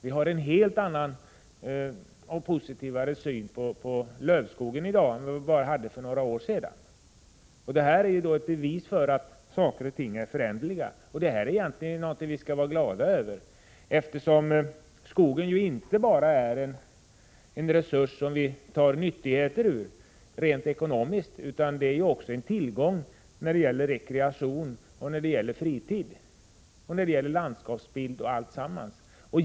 Vi har en helt annan och positivare syn på lövskogen i dag än vad vi hade för bara några år sedan. Detta är ett bevis för att saker och ting är föränderliga, och det är egentligen någonting som vi skall vara glada över. Skogen är ju inte bara en resurs som vi tar nyttigheter ur rent ekonomiskt sett, utan skogen är också en tillgång när det gäller rekreation och fritid, landskapsbild osv.